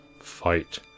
fight